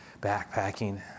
backpacking